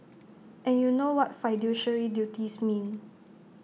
and you know what fiduciary duties mean